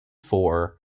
for